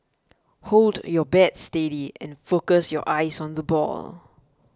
hold your bat steady and focus your eyes on the ball